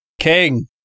King